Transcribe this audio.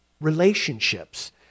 relationships